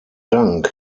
dank